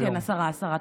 כן, כן, הסרה, הסרה.